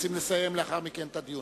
רוצים לסיים לאחר מכן את הדיון.